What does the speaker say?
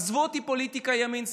עזבו אותי מפוליטיקה, ימין שמאל,